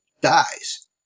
dies